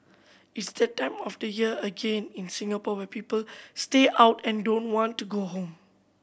it's that time of the year again in Singapore where people stay out and don't want to go home